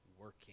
working